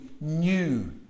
new